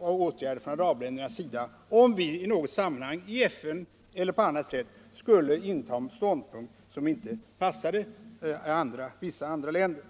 åtgärder från arabländernas sida, om vi i något sammanhang, i FN eller på annat sätt, skulle inta en ståndpunkt som inte passade vissa andra länder.